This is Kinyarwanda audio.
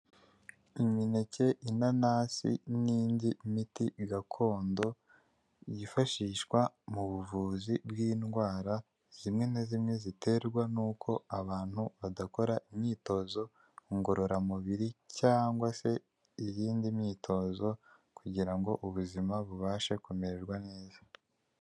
Imineke, inanasi n'indi miti gakondo yifashishwa mu buvuzi bw'indwara zimwe na zimwe ziterwa n'uko abantu badakora imyitozo ngororamubiri cyangwa se iyindi myitozo kugira ngo ubuzima bubashe kumererwa neza.